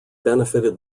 benefited